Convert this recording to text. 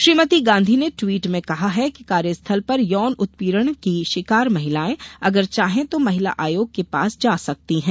श्रीमती गांधी ने ट्वीट में कहा है कि कार्यस्थल पर यौन उत्पीड़न की शिकार महिलाए अगर चाहें तो महिला आयोग के पास जा सकती हैं